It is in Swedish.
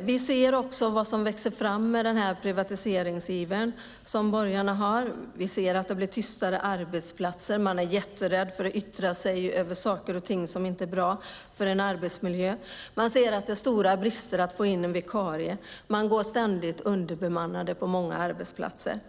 Vi ser också vad som växer fram i och med den privatiseringsiver som borgarna har. Vi ser att det har blivit tystare arbetsplatser. Man är rädd för att yttra sig över saker och ting som inte är bra för arbetsmiljön. Man ser att det är stora brister när det gäller att få in en vikarie. Det är ständig underbemanning på många arbetsplatser.